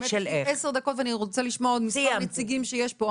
יש לי 10 דקות ואני רוצה לשמוע עוד מספר נציגים שיש פה.